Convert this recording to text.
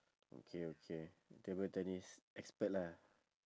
okay okay table tennis expert lah